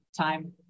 time